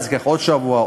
זה ייקח עוד שבוע,